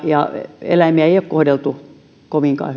ja eläimiä ei ole kohdeltu kovinkaan